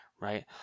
right